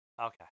okay